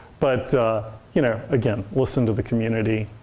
but you know again, listen to the community,